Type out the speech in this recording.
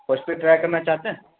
post paid try کرنا چاہتے ہیں